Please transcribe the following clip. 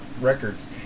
Records